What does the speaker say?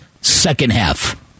second-half